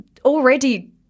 already